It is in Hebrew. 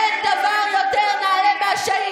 אין דבר יותר נעלה מהשהיד,